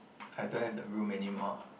I don't have the room anymore